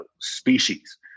species